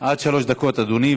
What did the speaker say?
דקות, אדוני.